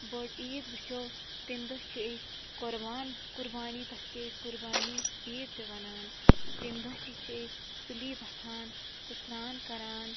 بٔڑ عیٖد وُچھو تمہِ دۄہ چھِ أسۍ قۄربان قُربانی تَتھ چھِ أسۍ قُربانی عیٖد تہِ وَنان تمہِ دۄہ تہِ چھِ أسۍ سُلے وَتھان تہٕ سرٛان کَران